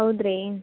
ಹೌದ್ ರೀ